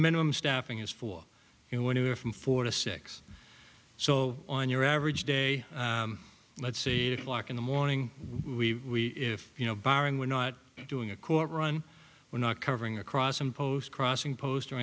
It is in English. minimum staffing is for you when you are from four to six so on your average day let's see a walk in the morning we if you know barring we're not doing a court run we're not covering across some post crossing post or